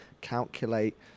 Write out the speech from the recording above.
calculate